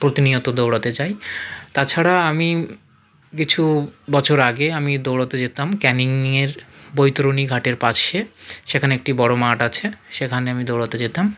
প্রতিনিয়ত দৌড়তে যাই তাছাড়া আমি কিছু বছর আগে আমি দৌড়তে যেতাম ক্যানিংয়ের বৈতরণী ঘাটের পাশে সেখানে একটি বড়ো মাঠ আছে সেখান আমি দৌড়তে যেতাম